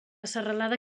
serralada